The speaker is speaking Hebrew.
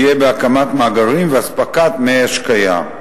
יהיה בהקמת מאגרים ואספקת מי השקיה.